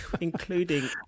including